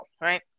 right